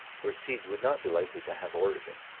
where seeds would not be likely to have origin.